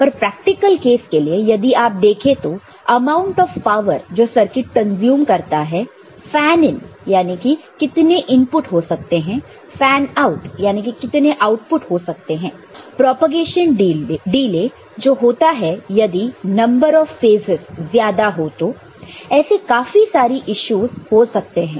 पर practical case के लिए यदि आप देखें तो अमाउंट ऑफ़ पावर जो सर्किट कंज्यूम करता है फैन इन यानी कि कितने इनपुट हो सकते हैं फैन आउट यानी कि कितने आउटपुट हो सकते हैं प्रोपेगेशन डिले जो होता है यदि नंबर ऑफ फेसस ज्यादा हो तो ऐसी काफी सारे यीशुस हो सकते हैं